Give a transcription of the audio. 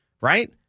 Right